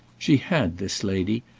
she had, this lady,